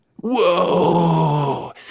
Whoa